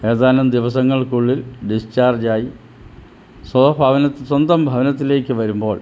ഏതാനും ദിവസങ്ങൾക്കുള്ളിൽ ഡിസ്ചാർജ്ജായി സൊഫവന സ്വന്തം ഭവനത്തിലേക്കു വരുമ്പോൾ